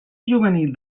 juvenil